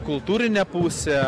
kultūrinę pusę